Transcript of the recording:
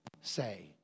say